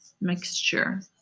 mixture